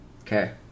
Okay